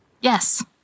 Yes